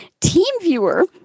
TeamViewer